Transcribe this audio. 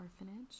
orphanage